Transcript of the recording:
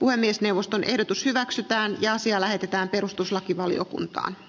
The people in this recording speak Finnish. puhemiesneuvoston ehdotus hyväksytään ja asia lähetetään perustuslakivaliokuntaan